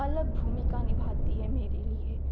अलग भूमिका निभाती है मेरे लिए